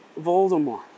Voldemort